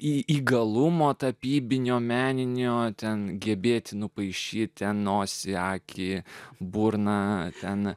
įgalumo tapybinio meninio ten gebėti nupaišyti nosį akį burną feną